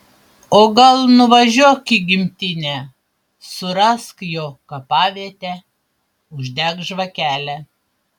o gal nuvažiuok į gimtinę surask jo kapavietę uždek žvakelę